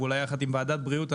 ואולי יחד עם ועדת בריאות,